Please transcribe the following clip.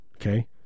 Okay